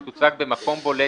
שתוצג במקום בולט,